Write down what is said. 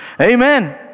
Amen